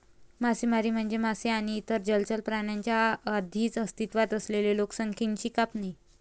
मासेमारी म्हणजे मासे आणि इतर जलचर प्राण्यांच्या आधीच अस्तित्वात असलेल्या लोकसंख्येची कापणी